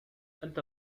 أنت